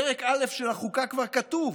פרק א' של החוקה כבר כתוב,